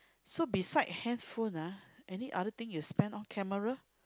so beside handphone ah any other thing you spend on camera